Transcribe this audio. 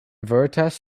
veritas